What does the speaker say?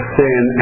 sin